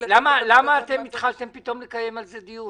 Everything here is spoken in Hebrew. לא הבנתי: למה התחלתם פתאום לקיים על זה דיון?